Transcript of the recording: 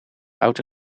auto